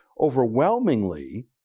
overwhelmingly